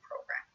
program